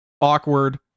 awkward